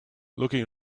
looking